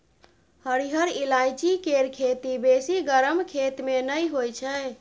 हरिहर ईलाइची केर खेती बेसी गरम खेत मे नहि होइ छै